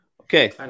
okay